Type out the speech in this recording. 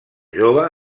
jove